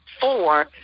Four